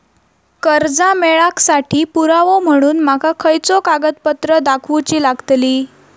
कर्जा मेळाक साठी पुरावो म्हणून माका खयचो कागदपत्र दाखवुची लागतली?